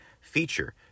feature